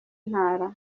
ntara